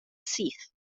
syth